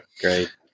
Great